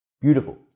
Beautiful